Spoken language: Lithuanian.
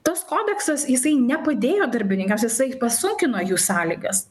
tas kodeksas jisai nepadėjo darbininkams jisai pasunkino jų sąlygas